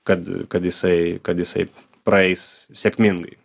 kad kad jisai kad jisai praeis sėkmingai